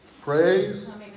praise